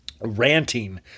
ranting